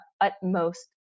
utmost